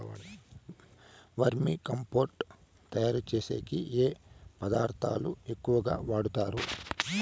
వర్మి compost తయారుచేసేకి ఏ పదార్థాలు ఎక్కువగా వాడుతారు